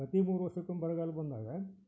ಪ್ರತಿ ಮೂರು ವರ್ಷಕ್ಕೊಮ್ಮೆ ಬರಗಾಲ ಬಂದಾಗ